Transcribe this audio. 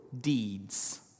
deeds